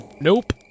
Nope